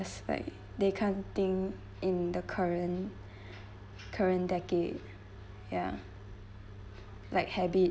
it's like they can't think in the current current decade ya like habit